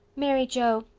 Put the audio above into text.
mary joe.